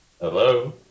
Hello